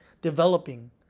developing